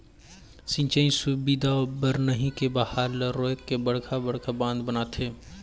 सिंचई सुबिधा बर नही के बहाल ल रोयक के बड़खा बड़खा बांध बनाथे